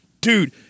dude